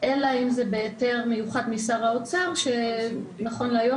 אלא אם זה בהיתר מיוחד משר האוצר שנכון להיום